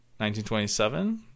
1927